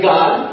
God